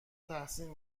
تحسین